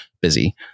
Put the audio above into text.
Busy